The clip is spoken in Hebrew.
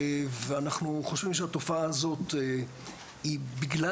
ואנחנו חושבים שהתופעה הזאת היא בגלל